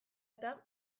eta